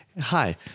Hi